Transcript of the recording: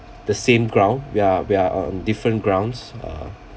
the same ground we're we're on different grounds err